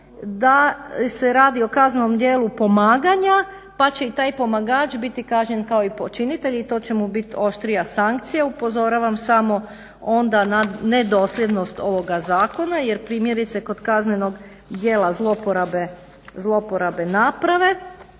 da se radi o kaznenom dijelu pomaganja pa će i taj pomagač biti kažnjen kao i počinitelj i to će mu biti oštrija sankcija. Upozoravam onda na ne dosljednost ovoga zakona jer primjerice kod Kaznenog dijela zloporabe naprave